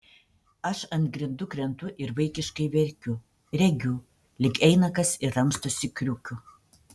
aš ant grindų krentu ir vaikiškai verkiu regiu lyg eina kas ir ramstosi kriukiu